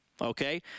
Okay